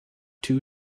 two